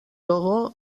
togo